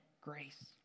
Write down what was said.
grace